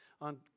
on